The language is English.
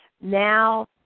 now